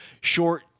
short